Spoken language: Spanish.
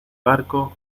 barco